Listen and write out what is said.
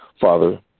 Father